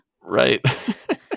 Right